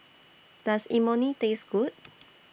Does Imoni Taste Good